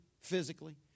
physically